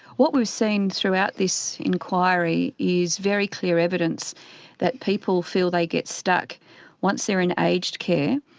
what we've seen throughout this inquiry is very clear evidence that people feel they get stuck once they're in aged care,